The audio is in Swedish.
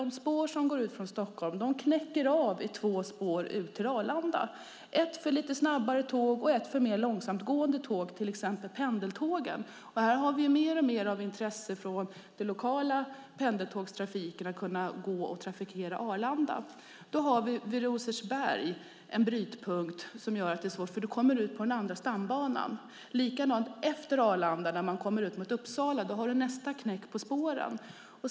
De spår som går ut från Stockholm knäcker av i dag i två spår ut till Arlanda - ett spår för lite snabbare tåg och ett spår för mer långsamgående tåg, till exempel pendeltågen. Här ser vi mer och mer av intresse från den lokala pendeltågstrafiken för att kunna trafikera Arlanda. Vid Rosersberg finns en brytpunkt som gör att det är svårt eftersom man där kommer ut på den andra stambanan. Likadant är det efter Arlanda där man kommer ut mot Uppsala. Där finns nästa knäck på spåren.